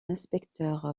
inspecteur